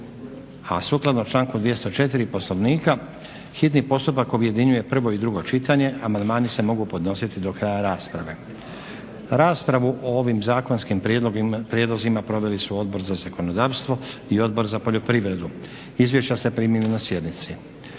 A sukladno članku 204. Poslovnika hitni postupak objedinjuje prvo i drugo čitanje. Amandmani se mogu podnositi do kraja rasprave. Raspravu o ovim zakonskim prijedlozima proveli su Odbor za zakonodavstvo i Odbor za poljoprivredu. Izvješća ste primili na sjednici.